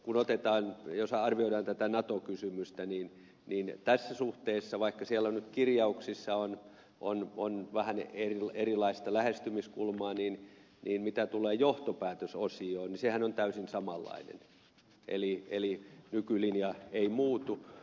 minusta jos esimerkiksi arvioidaan tätä nato kysymystä tässä suhteessa vaikka siellä nyt kirjauksissa on vähän erilaista lähestymiskulmaa niin mitä tulee johtopäätösosioon niin sehän on täysin samanlainen eli nykylinja ei muutu